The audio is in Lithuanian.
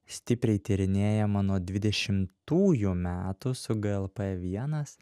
stipriai tyrinėjama nuo dvidešimųjų metų su glp vienas